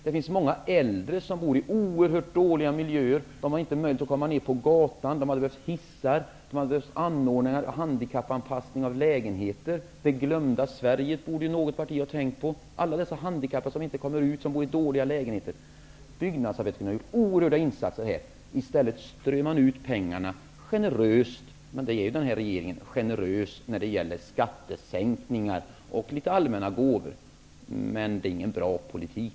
Det finns många äldre som bor i oerhört dåliga miljöer. De har inte möjlighet att komma ner på gatan. De behöver hissar och anordningar, och lägenheterna behöver handikappanpassas. Något parti borde ha tänkte på det glömda Sverige, alla dessa handikappade som inte kommer ut och som bor i dåliga lägenheter. Byggnadsarbetare skulle kunna göra oerhörda insatser. I stället strör man ut pengarna generöst. Men den här regeringen är ju generös när det gäller skattesänkningar och litet allmänna gåvor. Men det är ingen bra politik.